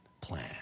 plan